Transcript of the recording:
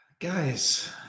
Guys